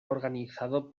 organizado